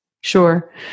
Sure